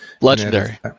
legendary